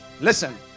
listen